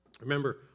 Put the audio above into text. Remember